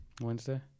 Wednesday